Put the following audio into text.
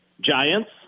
Giants